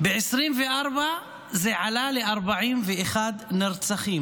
ב-2024 זה עלה ל-41 נרצחים.